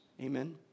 Amen